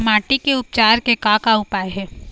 माटी के उपचार के का का उपाय हे?